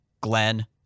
Glenn